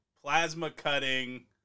plasma-cutting